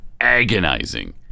agonizing